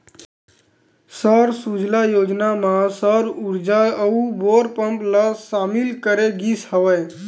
सौर सूजला योजना म सौर उरजा अउ बोर पंप ल सामिल करे गिस हवय